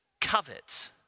Covet